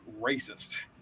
racist